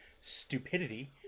stupidity